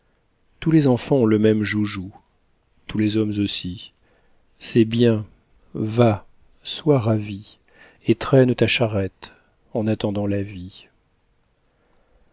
tous les enfants ont le même joujou tous les hommes aussi c'est bien va sois ravie et traîne ta charrette en attendant la vie